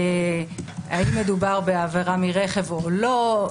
האם מדובר בעבירה מרכב או לא,